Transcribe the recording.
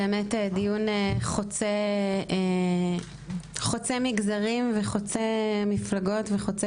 באמת דיון חוצה מגזרים וחוצה מפלגות וחוצה